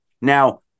Now